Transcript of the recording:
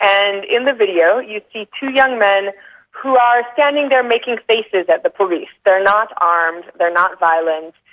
and in the video you see two young men who are standing there making faces at the police. they're not armed, they're not violent,